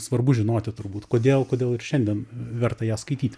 svarbu žinoti turbūt kodėl kodėl ir šiandien verta ją skaityt